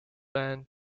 man